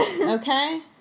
Okay